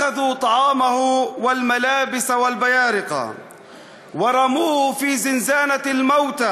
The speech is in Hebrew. מחמוד דרוויש אמר: שמו על פיו שלשלאות ואת ידיו קשרו לסלע המתים.